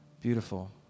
Beautiful